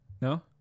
No